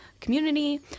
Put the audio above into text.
community